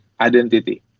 identity